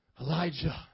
Elijah